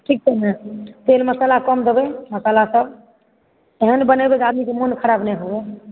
ठीक छै ने तेल मसल्ला कम देबै मसल्लासब एहन बनेबै जे आदमीके मोन ख़राब नहि हुअए